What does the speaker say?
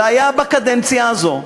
זה היה בקדנציה הזאת.